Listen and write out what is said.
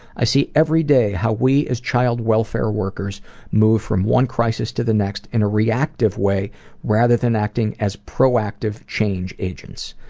i see every day how we as child welfare workers move from one crisis to the next in a reactive way rather than acting as proactive change agents.